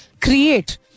create